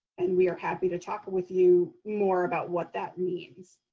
and we are happy to talk with you more about what that means.